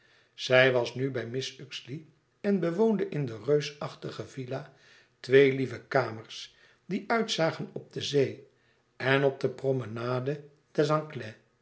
zij was nu bij mrs uxeley en bewoonde in de reusachtige villa twee lieve kamers die uitzagen op de zee en op de